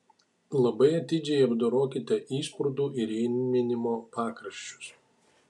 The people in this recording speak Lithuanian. labai atidžiai apdorokite įsprūdų įrėminimo pakraščius